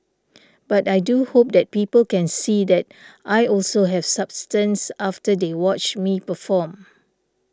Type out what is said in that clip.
but I do hope that people can see that I also have substance after they watch me perform